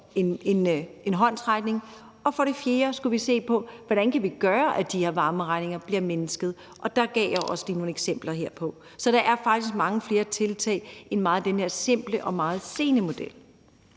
en håndsrækning. For det fjerde skulle vi se på: Hvordan kan vi gøre, så de her varmeregninger bliver mindsket? Det gav jeg også lige nogle eksempler på. Så der er faktisk mange flere tiltag end den her meget simple og meget sent